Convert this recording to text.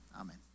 amen